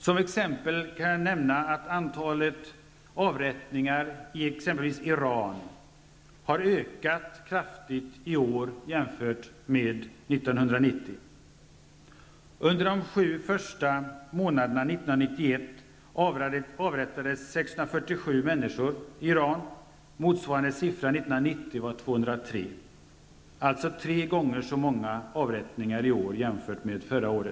Som exempel kan jag nämna att antalet avrättningar i Iran i år har ökat kraftigt jämfört med antalet år 1990. Under de sju första månaderna 1991 avrättades 647 människor i Iran. Motsvarande siffra 1990 var 203, alltså tre gånger så många avrättningar i år jämfört med förra året.